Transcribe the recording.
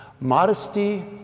Modesty